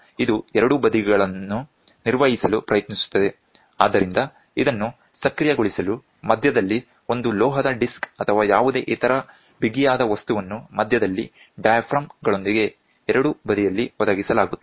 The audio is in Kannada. ಆದ್ದರಿಂದ ಇದು ಎರಡೂ ಬದಿಗಳನ್ನು ನಿರ್ವಹಿಸಲು ಪ್ರಯತ್ನಿಸುತ್ತದೆ ಆದ್ದರಿಂದ ಇದನ್ನು ಸಕ್ರಿಯಗೊಳಿಸಲು ಮಧ್ಯದಲ್ಲಿ ಒಂದು ಲೋಹದ ಡಿಸ್ಕ್ ಅಥವಾ ಯಾವುದೇ ಇತರ ಬಿಗಿಯಾದ ವಸ್ತುವನ್ನು ಮಧ್ಯದಲ್ಲಿ ಡಯಾಫ್ರಾಮ್ ಗಳೊಂದಿಗೆ ಎರಡೂ ಬದಿಯಲ್ಲಿ ಒದಗಿಸಲಾಗುತ್ತದೆ